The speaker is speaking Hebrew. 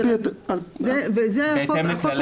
בהתאם לכללי